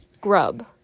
grub